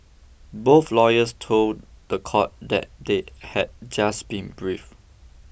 both lawyers told the court that they had just been briefed